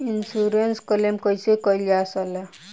Insurance claim कइसे कइल जा ले?